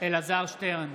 אלעזר שטרן,